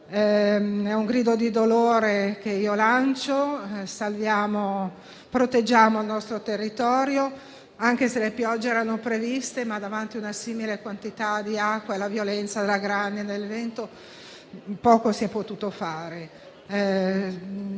un grido di dolore: salviamo e proteggiamo il nostro territorio. Anche se le piogge erano previste, davanti a una simile quantità di acqua e alla violenza della grandine e del vento, poco si è potuto fare.